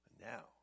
now